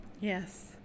Yes